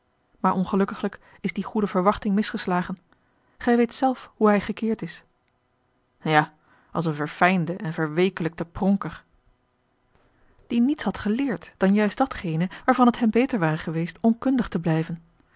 maar ongelukkiglijk is die goede verwachting misgeslagen gij weet zelf hoe hij gekeerd is ja als een verfijnde en verweekelijkte pronker die niets had geleerd dan juist datgene waarvan het hem beter ware geweest onkundig te blijven